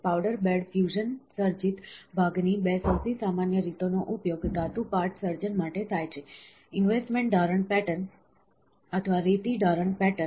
powder bed fusion સર્જિત ભાગની બે સૌથી સામાન્ય રીતોનો ઉપયોગ ધાતુ પાર્ટ સર્જન માટે થાય છે ઇન્વેસ્ટમેન્ટ ઢારણ પેટર્ન અથવા રેતી ઢારણ પેટર્ન